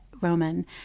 Roman